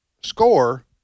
score